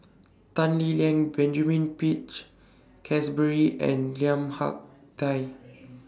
Tan Lee Leng Benjamin Peach Keasberry and Lim Hak Tai